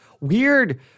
weird